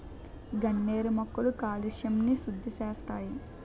గన్నేరు మొక్కలు కాలుష్యంని సుద్దిసేస్తాయి